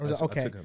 Okay